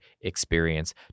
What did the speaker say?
experience